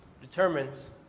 determines